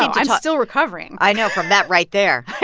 i'm ah still recovering i know from that right there.